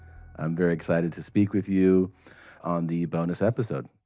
i'm very excited to speak with you on the bonus episode.